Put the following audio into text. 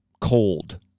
cold